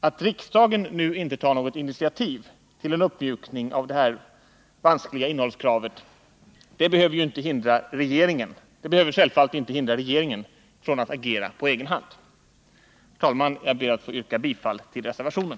Att riksdagen nu inte tar något initiativ till en uppmjukning av det här vanskliga innehållskravet behöver självfallet inte hindra regeringen från att agera på egen hand. Herr talman! Jag ber att få yrka bifall till reservationen.